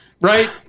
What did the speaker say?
right